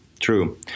true